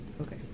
Okay